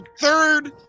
third